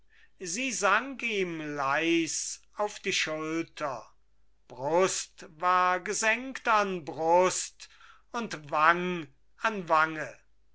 sie sank ihm leis auf die schulter brust war gesenkt an brust und wang an wange